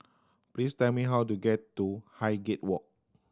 please tell me how to get to Highgate Walk